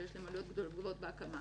שיש להן עלויות גבוהות בהקמה.